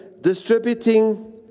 distributing